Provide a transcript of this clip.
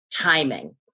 timing